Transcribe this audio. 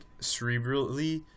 cerebrally